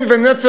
בן ונצר